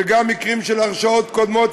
וגם מקרים של הרשעות קודמות,